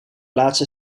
laatste